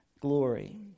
glory